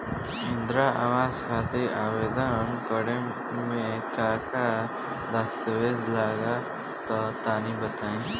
इंद्रा आवास खातिर आवेदन करेम का का दास्तावेज लगा तऽ तनि बता?